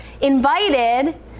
Invited